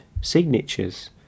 signatures